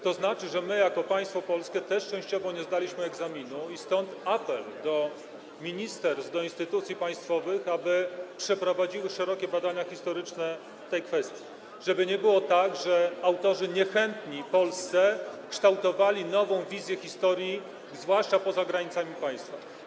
To znaczy, że jako państwo polskie też częściowo nie zdaliśmy egzaminu, i stąd apel do ministerstw, do instytucji państwowych, aby przeprowadziły szerokie badania historyczne w tej kwestii, żeby nie było tak, że autorzy niechętni Polsce kształtują nową wizję historii, zwłaszcza poza granicami państwa.